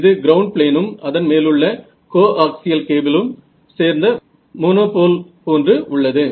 இது கிரவுண்ட் ப்ளேனும் அதன் மேலுள்ள கோஆக்சியல் கேபிளும் சேர்ந்த மோனோபோல் போன்று உள்ளது